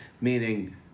Meaning